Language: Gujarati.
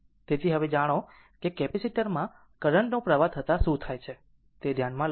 તેથી હવે જાણો કે કેપેસિટર માં કરંટ નો પ્રવાહ થતાં શું થાય છે તે ધ્યાનમાં લો